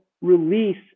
release